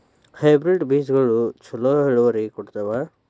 Hybrid ಬೇಜಗೊಳು ಛಲೋ ಇಳುವರಿ ಕೊಡ್ತಾವ?